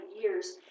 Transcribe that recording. years